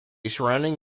surrounding